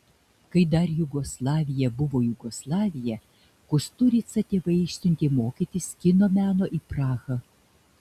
kai dar jugoslavija buvo jugoslavija kusturicą tėvai išsiuntė mokytis kino meno į prahą